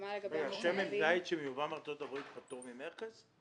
שמן זית שמיובא מארצות הברית פטור ממכס?